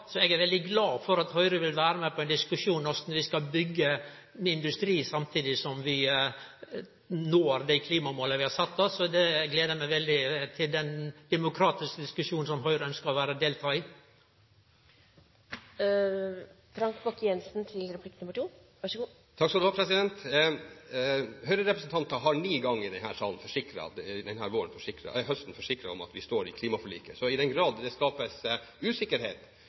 Så eg er veldig glad for at Høgre vil vere med på ein diskusjon om korleis vi skal byggje industri samtidig som vi skal nå dei klimamåla vi har sett oss. Eg gler meg veldig til den demokratiske diskusjonen som Høgre ønskjer å delta i. Høyre-representanter har ni ganger i denne salen denne høsten forsikret om at vi står ved klimaforliket. Så i den grad det